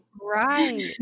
Right